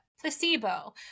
placebo